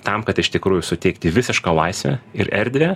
tam kad iš tikrųjų suteikti visišką laisvę ir erdvę